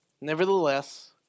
Nevertheless